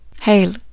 Hail